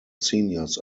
seniors